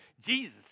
Jesus